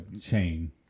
chain